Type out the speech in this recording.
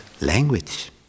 language